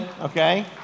Okay